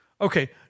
okay